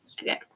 Okay